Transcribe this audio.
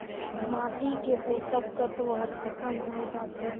माटी के पोसक तत्व हर खतम होए जाथे